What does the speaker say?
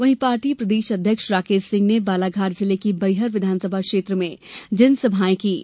वहीं पार्टी प्रदेश अध्यक्ष राकेश सिंह नें बालाघाट जिले की बैहर विधानसभा क्षेत्र में जनसभायें कीं